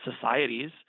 societies